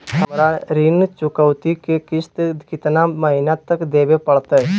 हमरा ऋण चुकौती के किस्त कितना महीना तक देवे पड़तई?